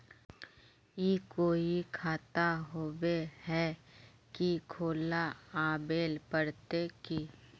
ई कोई खाता होबे है की खुला आबेल पड़ते की?